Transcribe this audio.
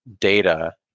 data